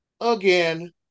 again